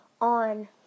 on